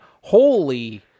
holy